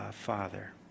Father